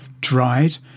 dried